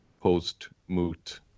post-moot